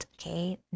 Okay